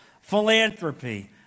Philanthropy